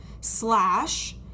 slash